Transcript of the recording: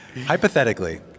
Hypothetically